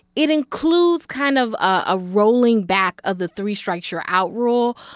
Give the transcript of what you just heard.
it includes kind of a rolling back of the three-strikes-you're-out rule.